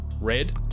Red